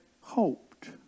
hoped